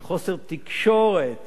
מחוסר תקשורת